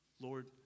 Lord